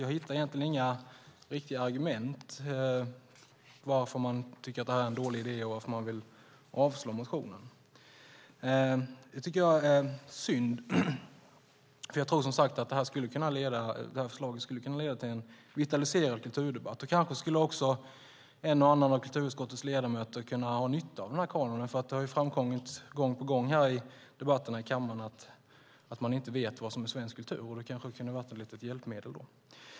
Jag hittar egentligen inga riktiga argument för varför man tycker att det är en dålig idé och varför man vill avslå motionen. Det är synd. Jag tror att förslaget skulle kunna leda till en vitaliserad kulturdebatt. Kanske skulle en och annan av kulturutskottets ledamöter ha nytta av denna kanon. Det har framkommit gång på gång i debatten i kammaren att man inte vet vad som är svensk kultur, och en kanon skulle kunna vara ett litet hjälpmedel.